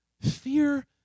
Fear